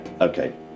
Okay